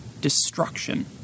destruction